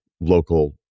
local